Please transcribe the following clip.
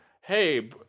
hey